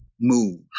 move